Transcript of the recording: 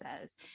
says